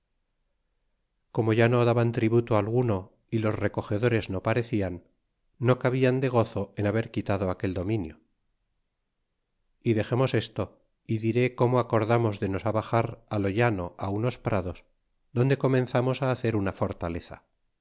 como ya no daban tributo ninguno é los recogedores no parecian no cabian de gozo en haber quitado aquel dominio y dexemos esto y diré como acordamos de nos abaxar lo llano unos prados donde comenzamos hacer una fortaleza